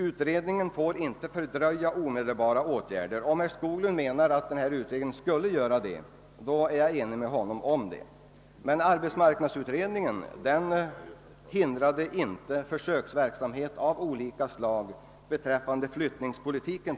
Utredningen får inte fördröja omedelbara åtgärder. Om herr Skoglund menar att den önskade utredningen skulle leda till dröjsmål kan jag instämma i hans uppfattning, men jag vill påpeka att arbetsmarknadsutredningen «inte hindrade försöksverksamhet av olika slag t.ex. med avseende på flyttningspolitiken.